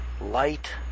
light